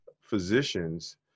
physicians